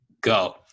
go